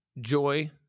joy